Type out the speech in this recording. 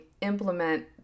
implement